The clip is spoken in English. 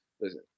listen